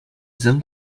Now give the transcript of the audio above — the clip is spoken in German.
sim